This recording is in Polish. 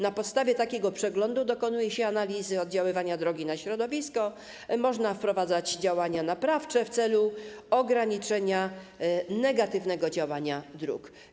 Na podstawie takiego przeglądu dokonuje się analizy oddziaływania drogi na środowisko i można wprowadzać działania naprawcze w celu ograniczenia negatywnego działania dróg.